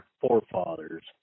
forefathers